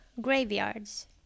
graveyards